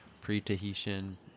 pre-tahitian